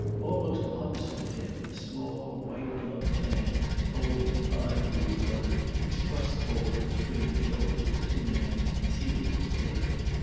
almost opposite to him a small, white-gloved hand holding a five-louis note was thrust forward between the shoulders of two men seated at the table.